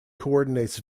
coordinates